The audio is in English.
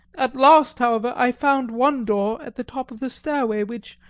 at last, however, i found one door at the top of the stairway which,